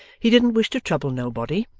he didn't wish to trouble nobody,